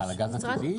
הטבעי?